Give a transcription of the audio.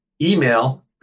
email